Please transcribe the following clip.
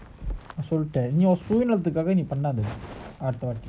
சொல்லிட்டேன்நீஉன்சுயநலத்துக்காகபண்ணாதஅடுத்தவாட்டி:solliten nee un suyanalathukkaaka pannatha adutha vaati